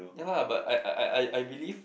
no lah but I I I I I believe